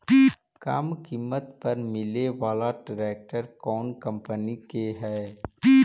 कम किमत पर मिले बाला ट्रैक्टर कौन कंपनी के है?